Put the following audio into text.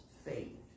faith